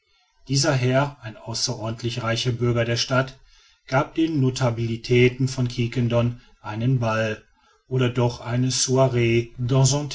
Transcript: dieser herr ein außerordentlich reicher bürger der stadt gab den notabilitäten von quiquendone einen ball oder doch eine soire